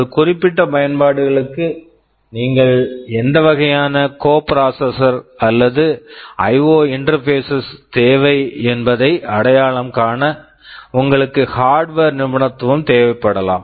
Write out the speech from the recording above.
ஒரு குறிப்பிட்ட பயன்பாடுகளுக்கு நீங்கள் எந்த வகையான கோபிராசெசர்கள் coprocessors அல்லது ஐஓ இன்டெர்பேஸ் IO interface தேவை என்பதை அடையாளம் காண உங்களுக்கு ஹார்ட்வர் hardware நிபுணத்துவம் தேவைப்படலாம்